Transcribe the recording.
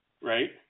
right